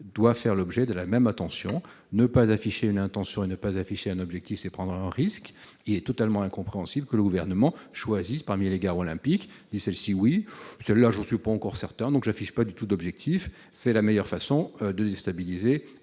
doit faire l'objet de la même attention à ne pas afficher une intention et ne pas afficher un objectif, c'est prendre un risque qui est totalement incompréhensible que le gouvernement choisisse parmi les gares olympique celle si oui cela je suis pas encore certain donc l'affiche, pas du tout d'objectif, c'est la meilleure façon de déstabiliser